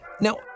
now